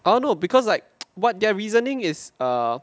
I don't know because like what their reasoning is a